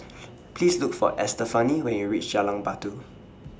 Please Look For Estefany when YOU REACH Jalan Batu